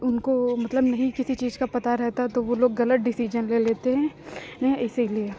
उनको मतलब नहीं किसी चीज का पता रहता है तो वो लोग गलत डिसीजन ले लेते हैं न इसीलिए